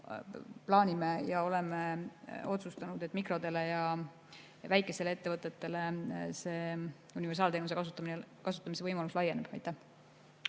plaanime ja oleme otsustanud, et mikrodele ja väikestele ettevõtetele universaalteenuse kasutamise võimalus laieneb. Aitäh!